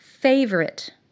favorite